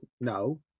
No